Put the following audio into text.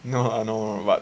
no lah